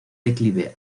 declive